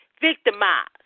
victimized